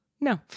no